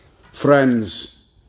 friends